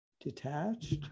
detached